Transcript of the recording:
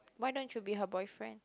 why don't you be her boyfriend